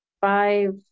Five